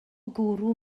gwrw